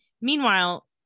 Meanwhile